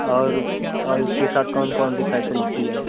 और और उसके साथ कौन कौन सी फैसीलिटी है